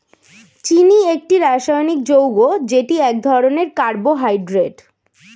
চিনি একটি রাসায়নিক যৌগ যেটি এক ধরনের কার্বোহাইড্রেট